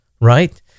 right